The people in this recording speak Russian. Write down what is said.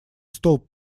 столб